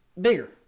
bigger